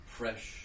fresh